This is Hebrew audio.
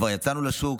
כבר יצאנו לשוק.